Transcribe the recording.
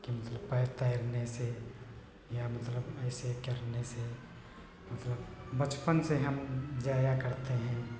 कि मतलब पै तैरने से या मतलब ऐसे करने से मतलब बचपन से हम जाया करते हैं